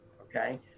Okay